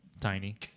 Tiny